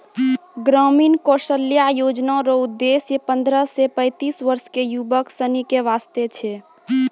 ग्रामीण कौशल्या योजना रो उद्देश्य पन्द्रह से पैंतीस वर्ष के युवक सनी के वास्ते छै